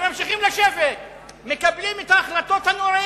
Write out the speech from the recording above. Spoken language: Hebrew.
ממשיכים לשבת ומקבלים את ההחלטות הנוראיות ביותר.